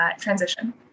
transition